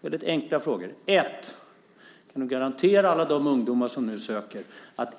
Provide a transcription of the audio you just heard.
Det är väldigt enkla frågor. Kan du garantera alla de ungdomar som nu söker